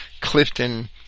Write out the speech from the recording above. Clifton